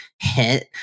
hit